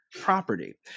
property